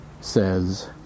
says